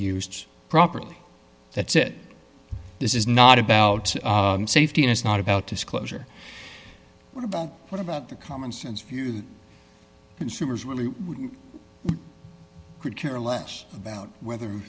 used properly that this is not about safety and it's not about disclosure what about what about the common sense view consumers really could care less about whether